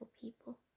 people